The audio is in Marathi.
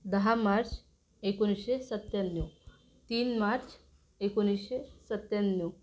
दहा मार्च एकोणिसशे सत्त्याण्णव तीन मार्च एकोणिसशे सत्त्याण्णव